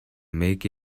make